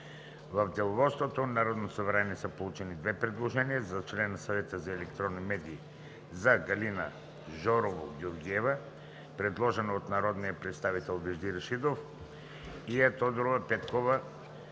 В Деловодството на Народното събрание са получени две предложения за член на Съвета за електронни медии за: - Галина Жорова Георгиева, предложена от народния представител Вежди Рашидов; - Ия Тодорова